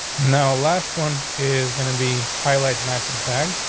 no. last one is gonna be highlight matching tag.